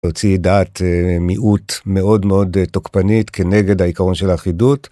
להוציא דעת מיעוט מאוד מאוד תוקפנית כנגד העיקרון של האחידות.